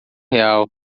real